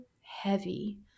heavy